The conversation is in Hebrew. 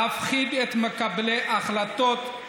להפחיד את מקבלי ההחלטות.